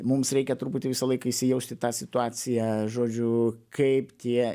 mums reikia truputį visą laiką įsijaust į tą situaciją žodžiu kaip tie